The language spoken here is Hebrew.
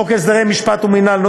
64. חוק הסדרי משפט ומינהל ,